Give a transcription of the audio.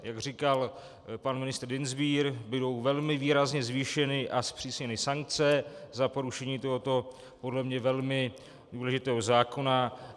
Jak říkal pan ministr Dienstbier, budou velmi výrazně zvýšeny a zpřísněny sankce za porušení podle mě velmi důležitého zákona.